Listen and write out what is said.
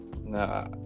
Nah